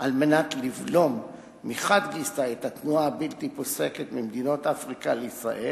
על מנת לבלום מחד גיסא את התנועה הבלתי-פוסקת ממדינות אפריקה לישראל,